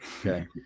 Okay